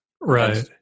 Right